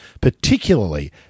particularly